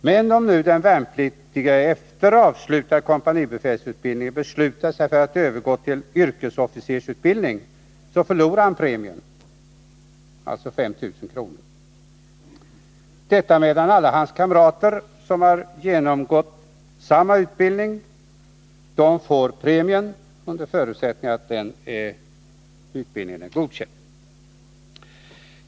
Men om den värnpliktige efter avslutad kompanibefälsutbildning beslutar sig för att övergå till yrkesofficersutbildning förlorar han premien, alltså 5 000 kr., medan alla hans kamrater som genomgått samma kompanibefälsutbildning får premien, under förutsättning att utbildningen är godkänd.